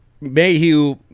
Mayhew –